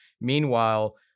meanwhile